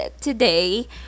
today